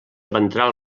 ventral